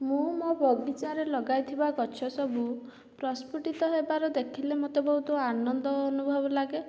ମୁଁ ମୋ ବଗିଚାରେ ଲଗାଇଥିବା ଗଛ ସବୁ ପ୍ରସ୍ଫୁଟିତ ହେବାର ଦେଖିଲେ ମୋତେ ବହୁତ ଆନନ୍ଦ ଅନୁଭବ ଲାଗେ